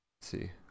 see